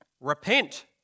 repent